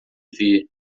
ver